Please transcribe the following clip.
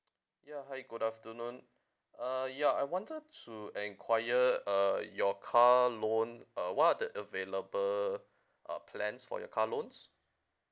ya hi good afternoon uh ya I wanted to inquire uh your car loan uh what are the available uh plans for your car loans